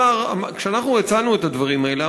כשאנחנו הצענו את הדברים האלה,